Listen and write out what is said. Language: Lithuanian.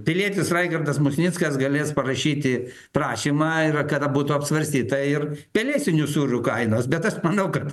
pilietis raigardas musnickas galės parašyti prašymą ir kada būtų apsvarstyta ir pelėsinių sūrių kainos bet aš manau kad